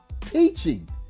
teaching